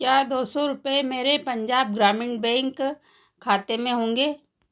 क्या दो सौ रुपये मेरे पंजाब ग्रामीण बैंक खाते में होंगे